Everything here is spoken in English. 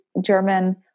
German